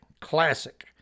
classic